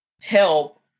help